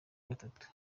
gatatu